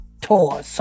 tour